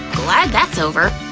glad that's over.